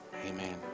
Amen